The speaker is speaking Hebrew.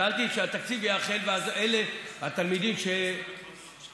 שאלתי אם התקציב ייאכל, והאם התלמידים שאינם